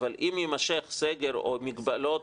אבל אם יימשך סגר או מגבלות